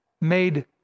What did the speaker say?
made